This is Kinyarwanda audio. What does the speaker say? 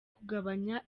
kugabanya